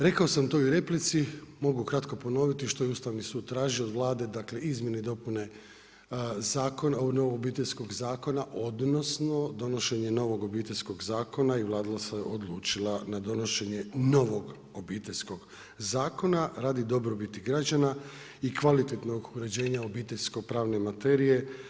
Rekao sam to i u replici, mogu kratko ponoviti što je Ustavni sud traži od Vlade, dakle, izmjene i dopune novog Obiteljskog zakona, odnosno, donošenje novog Obiteljskog zakona i Vlada se odlučila na donošenje novog Obiteljskog zakona, radi dobrobiti građana i kvalitetnog uređenja obiteljske pravne materije.